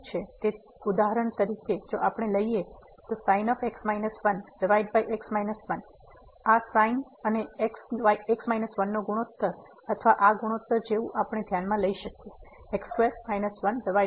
તેથી ઉદાહરણ તરીકે જો આપણે આ લઈએ sin x 1 x 1 આ sin અને x 1 નો ગુણોતર અથવા આ ગુણોત્તર જેવું આપણે ધ્યાનમાં લઈ શકીએ x2 1x 1